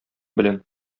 белән